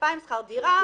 2,000 שכר דירה,